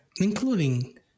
including